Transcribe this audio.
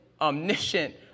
omniscient